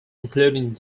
including